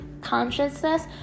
consciousness